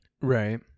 right